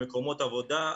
למקומות עבודה,